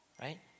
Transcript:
right